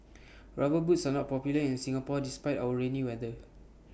rubber boots are not popular in Singapore despite our rainy weather